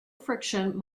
friction